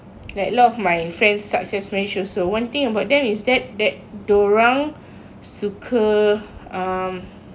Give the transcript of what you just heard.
like a lot of my friends success friends so one thing about them is that that dia orang suka um